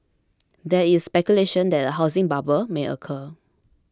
there is speculation that a housing bubble may occur